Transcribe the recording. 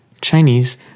Chinese